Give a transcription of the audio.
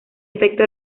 efecto